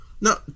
No